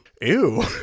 Ew